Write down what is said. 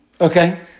Okay